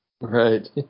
Right